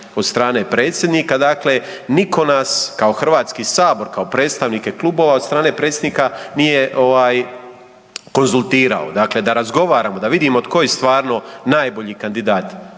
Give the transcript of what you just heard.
od stane predsjednika. Dakle, niko nas kao HS, kao predstavnike klubova od strane predsjednika nije ovaj konzultirao, dakle da razgovaramo, da vidimo tko je stvarno najbolji kandidat